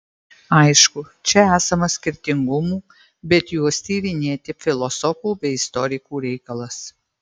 aišku čia esama skirtingumų bet juos tyrinėti filosofų bei istorikų reikalas